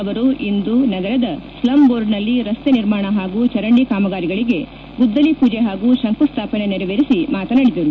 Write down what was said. ಅವರು ಇಂದು ನಗರದ ಸ್ವಂ ಬೋರ್ಡ್ನಲ್ಲಿ ರಸ್ತೆ ನಿರ್ಮಾಣ ಹಾಗೂ ಚರಂಡಿ ಕಾಮಗಾರಿಗಳಿಗೆ ಗುದ್ದಲಿ ಪೂಜೆ ಹಾಗೂ ಶಂಕುಸ್ಥಾಪನೆ ನೆರವೇರಿಸಿ ಮಾತನಾಡಿದರು